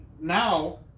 now